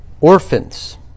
orphans